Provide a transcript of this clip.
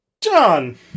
John